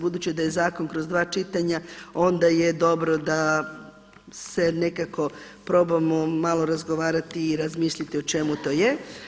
Budući da je zakon kroz dva čitanja onda je dobro se nekako probamo malo razgovarati i razmisliti o čemu to je.